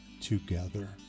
together